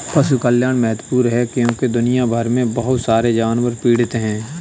पशु कल्याण महत्वपूर्ण है क्योंकि दुनिया भर में बहुत सारे जानवर पीड़ित हैं